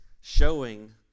showing